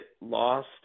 lost